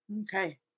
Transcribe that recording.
Okay